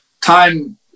time